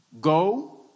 Go